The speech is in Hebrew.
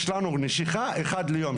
יש לנו נשיכה אחת ליום.